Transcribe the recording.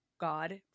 God